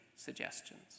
suggestions